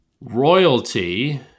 Royalty